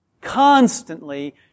constantly